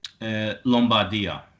Lombardia